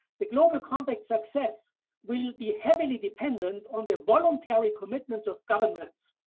the global compact success will be heavily dependent on the voluntary commitments of governments.